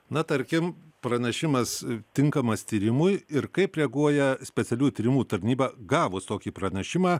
na tarkim pranešimas tinkamas tyrimui ir kaip reaguoja specialiųjų tyrimų tarnyba gavus tokį pranešimą